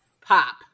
pop